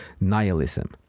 nihilism